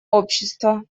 общества